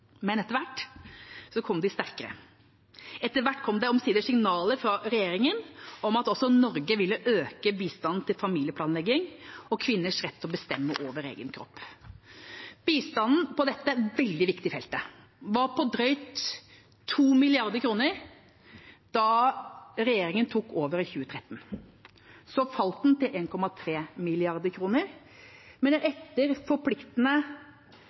Men etter hvert kom de sterkere. Etter hvert kom det omsider signaler fra regjeringa om at også Norge ville øke bistanden til familieplanlegging og kvinners rett til å bestemme over egen kropp. Bistanden på dette veldig viktige feltet var på drøyt 2 mrd. kr da regjeringa tok over i 2013. Så falt den til 1,3 mrd. kr, men etter forpliktende internasjonale avtaler og etter